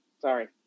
Sorry